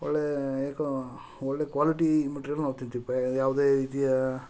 ಒಳ್ಳೆಯ ಇಳಕ್ಲು ಒಳ್ಳೆಯ ಕ್ವಾಲಿಟಿ ಮಟೀರಿಯಲ್ ನಾವು ತಿಂತೀವಪ್ಪ ಅದು ಯಾವುದೇ ರೀತಿಯ